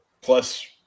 plus